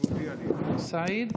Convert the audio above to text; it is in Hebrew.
והבטיחות בדרכים, סגן